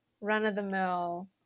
run-of-the-mill